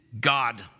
God